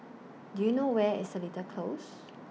Do YOU know Where IS Seletar Close